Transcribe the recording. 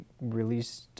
released